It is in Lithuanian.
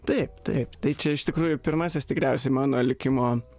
taip taip tai čia iš tikrųjų pirmasis tikriausiai mano likimo